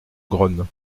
grosne